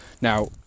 Now